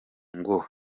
ngo